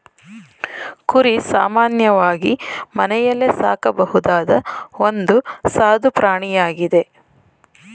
ಕುರಿ ಸಾಮಾನ್ಯವಾಗಿ ಮನೆಯಲ್ಲೇ ಸಾಕಬಹುದಾದ ಒಂದು ಸಾದು ಪ್ರಾಣಿಯಾಗಿದೆ